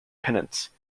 penance